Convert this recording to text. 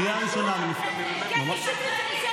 לקטי שטרית זה בסדר לצעוק?